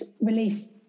relief